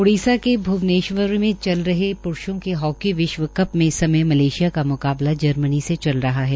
ओड़िसा के भ्वनेश्वर में चल रहे प्रूषों के हाकी विश्व कप में इस समय मलेशिया का म्काबला जर्मनी से चल रहा है